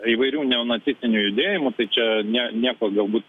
įvairių neonacistinių judėjimų tai čia ne nieko galbūt